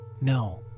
No